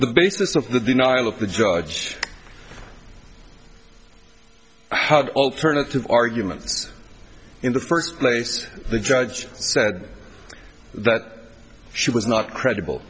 the basis of the denial of the judge alternative arguments in the first place the judge said that she was not credible